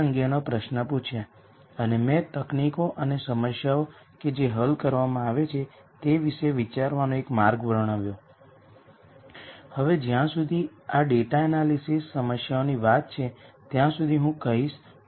અમે છેલ્લા વ્યાખ્યાનમાં જોયું હતું કે eigen value eigen vector equation પરિણામ આપે છે આ સમીકરણ સંતુષ્ટ થવાનું છે જે A λ I 0 છે